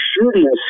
shooting